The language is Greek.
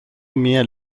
μια